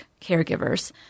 caregivers